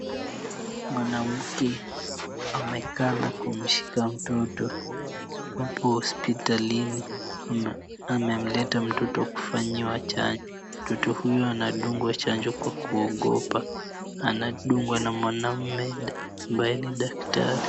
Mwanamke amekaa na kumshika mtoto. Wapo hospitalini. Amemleta mtoto kufanyiwa chanjo. Mtoto huyo anadungwa chanjo kwa kuogopa. Anadungwa na mwanaume ambaye nidaktari.